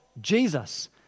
Jesus